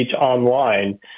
online